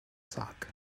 sock